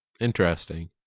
Interesting